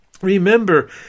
Remember